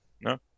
No